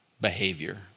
behavior